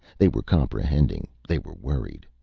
they were comprehending, they were worried,